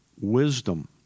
wisdom